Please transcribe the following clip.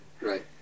right